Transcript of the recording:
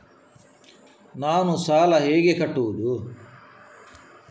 ನಾನು ಸಾಲ ಹೇಗೆ ಕಟ್ಟುವುದು?